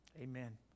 Amen